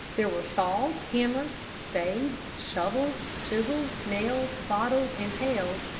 there were saws, hammers, spades, shovels, chisels, nails, bottles, and pails,